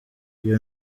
iyo